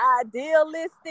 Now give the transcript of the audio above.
idealistic